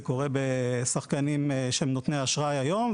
זה קורה בשחקנים שהם נותני אשראי היום,